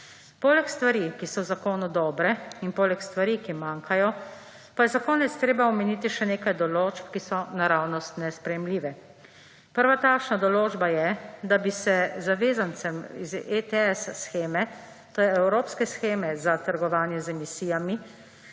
Poleg stvari, ki so v zakonu dobre, in poleg stvari, ki manjkajo, pa je za konec treba omeniti še nekaj določb, ki so naravnost nesprejemljive. Prva takšna določba je, da bi se zavezancem iz ETS sheme, to je Evropske sheme za trgovanje z emisijami,